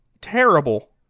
terrible